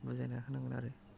बुजायना होनांगोन आरो